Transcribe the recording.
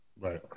right